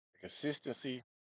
Consistency